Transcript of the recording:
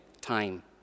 time